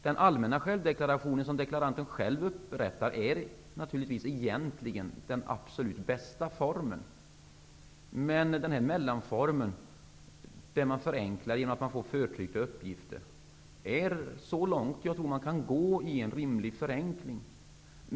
Den allmänna självdeklaration som deklaranten själv upprättar är naturligtvis egentligen den absolut bästa formen. Denna mellanform, där man förenklar genom förtryckta uppgifter, är så långt jag tror att man kan gå i en rimlig förenkling.